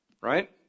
right